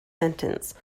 sentence